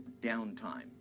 downtime